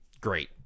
Great